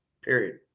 period